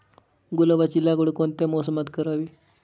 गुलाबाची लागवड कोणत्या मोसमात करावी?